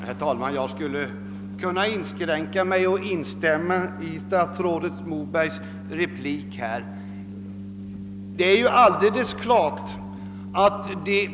Herr talman! Jag skulle kunna inskränka mig till att instämma i statsrådet Mobergs replik.